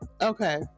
Okay